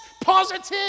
positive